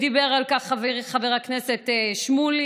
דיבר על כך חברי חבר הכנסת שמולי,